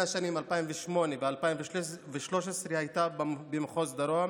השנים 2008 ל-2013 הייתה במחוז דרום,